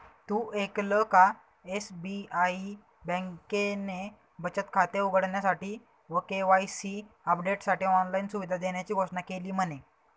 तु ऐकल का? एस.बी.आई बँकेने बचत खाते उघडण्यासाठी व के.वाई.सी अपडेटसाठी ऑनलाइन सुविधा देण्याची घोषणा केली म्हने